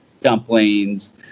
dumplings